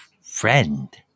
friend